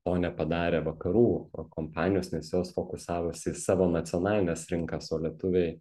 to nepadarė vakarų kompanijos nes jos fokusavosi į savo nacionalines rinkas o lietuviai